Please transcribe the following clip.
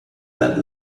that